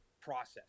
process